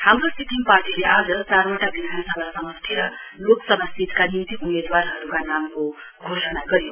हाम्रो सिक्किम पार्टीले आज चारवटा विधानसभामा समस्टि र लोकसभा सीटका निम्ति उम्मेदवारहरुका नामको घोषणा गर्यो